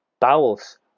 bowels